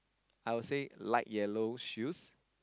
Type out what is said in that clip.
I would say light yellow shoes